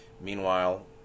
meanwhile